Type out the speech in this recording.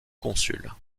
consuls